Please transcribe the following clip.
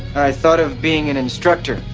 i thought of being an instructor,